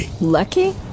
Lucky